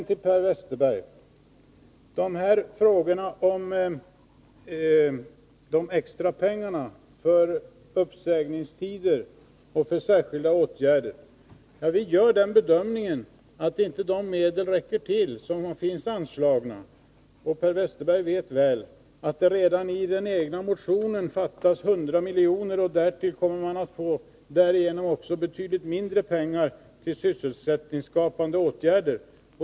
Till Per Westerberg vill jag beträffande pengarna för uppsägningstider och för särskilda åtgärder säga att vi gör den bedömningen att de medel som finns anslagna inte räcker till. Per Westerberg vet väl att det redan i den egna motionen fattas 100 miljoner. Därigenom kommer man också att få betydligt mindre pengar till sysselsättningsskapande åtgärder.